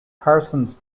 parsons